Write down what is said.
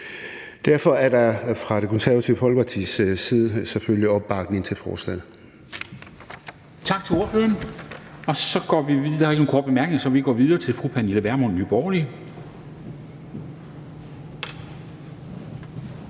Derfor er der fra Det Konservative Folkepartis side selvfølgelig opbakning til forslaget.